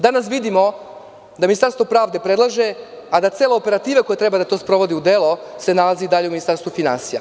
Danas vidimo da Ministarstvo pravde predlaže a da cela operativa koja treba to da sprovodi u delo se nalazi i dalje u Ministarstvu finansija.